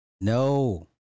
No